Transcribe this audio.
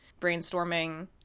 brainstorming